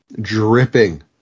dripping